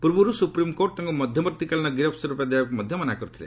ପୂର୍ବରୁ ସୁପ୍ରିମ୍କୋର୍ଟ ତାଙ୍କୁ ମଧ୍ୟବର୍ତ୍ତୀକାଳୀନ ଗିରଫ୍ ସୁରକ୍ଷା ଦେବାକୁ ମଧ୍ୟ ମନା କରିଥିଲେ